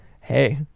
hey